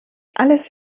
alles